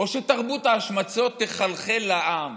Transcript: או שתרבות ההשמצות תחלחל לעם